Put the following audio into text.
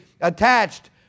attached